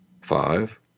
Five